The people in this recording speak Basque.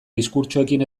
diskurtsoekin